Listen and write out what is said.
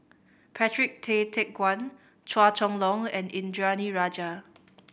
Patrick Tay Teck Guan Chua Chong Long and Indranee Rajah